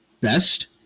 best